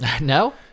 No